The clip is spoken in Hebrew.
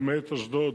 למעט אשדוד,